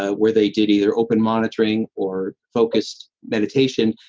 ah where they did either open monitoring or focused meditation,